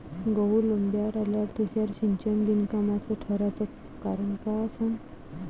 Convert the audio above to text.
गहू लोम्बावर आल्यावर तुषार सिंचन बिनकामाचं ठराचं कारन का असन?